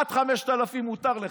עד 5,000 מותר לך,